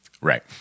right